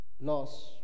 lost